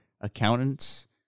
accountants